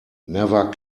never